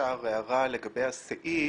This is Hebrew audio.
אפשר הערה לגבי הסעיף,